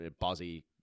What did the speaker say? buzzy